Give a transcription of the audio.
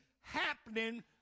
happening